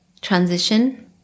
transition